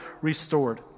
restored